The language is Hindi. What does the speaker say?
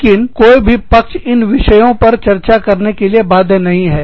लेकिन कोई भी पक्ष इन विषयों पर चर्चा करने के लिए बाध्य नहीं है